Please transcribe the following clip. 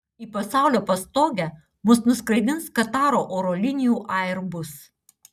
į pasaulio pastogę mus nuskraidins kataro oro linijų airbus